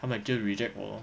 他们就 reject 我 lor